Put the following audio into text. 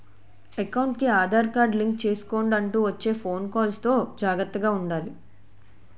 ఎకౌంటుకి Aadhaar card link చేసుకొండంటూ వచ్చే ఫోను కాల్స్ తో జాగర్తగా ఉండాలి